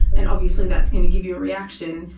and obviously that's going to give you a reaction,